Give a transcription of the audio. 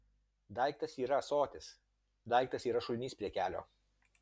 daiktas yra ąsotis daiktas yra šulinys prie kelio